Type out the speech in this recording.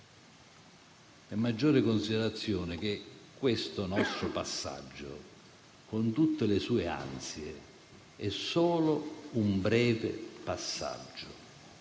e maggiore considerazione che questo nostro passaggio, con tutte le sue ansie, è solo un breve passaggio.